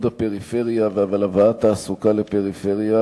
הפריפריה ועל הבאת תעסוקה לפריפריה,